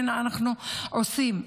הינה אנחנו עושים.